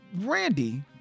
Randy